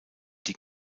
die